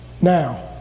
now